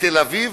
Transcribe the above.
בתל-אביב,